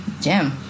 Gem